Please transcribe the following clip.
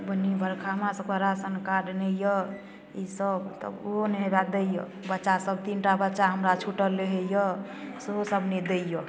बुन्नी बरखा हमरासभके राशन कार्ड नहि अइ ईसब तब ओहो नहि हौवे दैए बच्चासभ तीनटा बच्चा हमरा छुटल रहैए सेहोसब नहि दैए